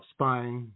Spying